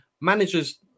Managers